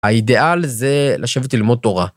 האידאל זה לשבת ללמוד תורה.